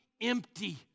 empty